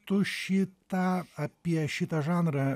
tu šį tą apie šitą žanrą